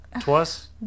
twice